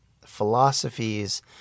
philosophies